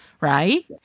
right